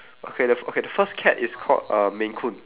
okay t~ okay the first cat is called uh maine-coon